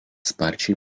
sparčiai